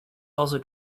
also